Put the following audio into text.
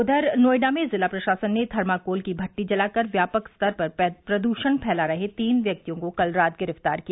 ज्वर नोएडा में जिला प्रशासन ने थर्माकोल की भट्ठी जलाकर व्यापक स्तर पर प्रदृषण फैला रहे तीन व्यक्तियों को कल रात गिरफ्तार किया